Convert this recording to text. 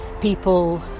people